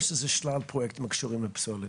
או שזה שלל הפרויקטים הקשורים לפסולת?